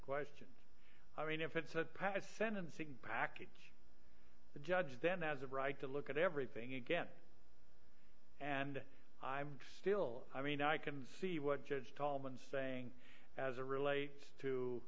question i mean if it's a sentencing package the judge then has a right to look at everything again and i'm still i mean i can see what judge tallman saying as it relates to